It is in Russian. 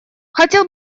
хотел